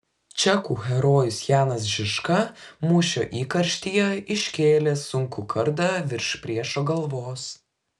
čekų herojus janas žižka mūšio įkarštyje iškėlė sunkų kardą virš priešo galvos